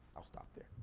i'll stop. yeah